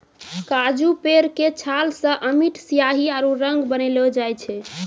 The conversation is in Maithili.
काजू पेड़ के छाल सॅ अमिट स्याही आरो रंग बनैलो जाय छै